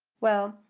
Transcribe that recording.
well,